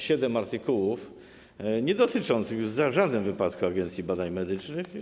siedem artykułów niedotyczących w żadnym wypadku Agencji Badań Medycznych.